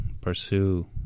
pursue